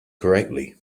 correctly